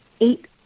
eight